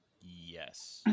Yes